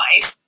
life